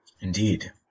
Indeed